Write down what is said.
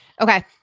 Okay